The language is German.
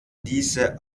diese